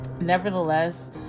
nevertheless